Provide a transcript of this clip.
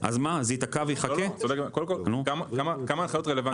כרגע החוק לא מאפשר לחלק דיבידנדים.